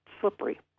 slippery